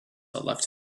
left